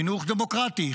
חינוך דמוקרטי,